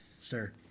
sir